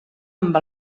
amb